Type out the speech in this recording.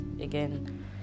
again